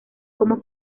como